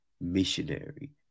missionary